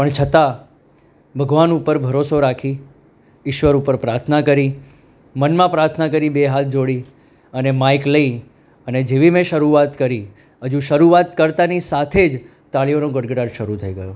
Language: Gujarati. પણ છતાં ભગવાન ઉપર ભરોસો રાખી ઈશ્વર ઉપર પ્રાર્થના કરી મનમાં પ્રાર્થના કરી બે હાથ જોડી અને માઈક લઈ અને જેવી મેં શરૂઆત કરી હજુ શરૂઆત કરતાની સાથે જ તાળીઓનો ગડગડાટ શરૂ થઈ ગયો